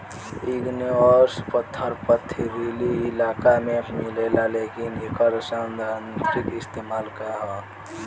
Igneous पत्थर पथरीली इलाका में मिलेला लेकिन एकर सैद्धांतिक इस्तेमाल का ह?